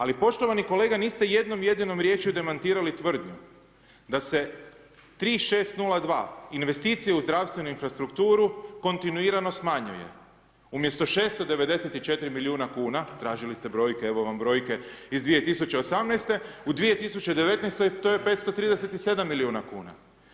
Ali poštovani kolega, niste jednom jedinom riječju demantirali tvrdnju da se 3602 investicije u zdravstvenu infrastrukturu kontinuirano smanjuje umjesto 694 milijuna kuna, tražili ste brojke, evo vam brojke iz 2018.-te, u 2019.-toj to je 537 milijuna kuna.